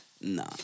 No